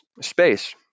space